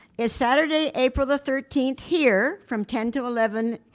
is saturday april thirteenth here, from ten till eleven,